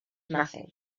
nothing